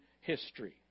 history